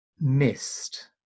missed